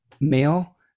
male